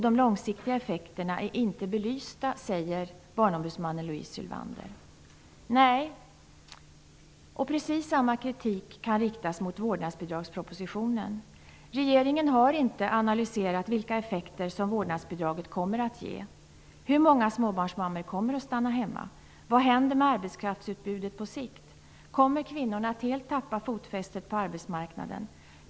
De långsiktiga effekterna är inte belysta säger barnombudsmannen Louise Sylwander. Precis samma kritik kan riktas mot vårdnadsbidragspropositionen. Regeringen har inte analyserat vilka effekter vårdnadsbidraget kommer att ge. Hur många småbarnsmammor kommer att stanna hemma? Vad händer med arbetskraftsutbudet på sikt? Kommer kvinnor att helt tappa fotfästet på arbetsmarknaden?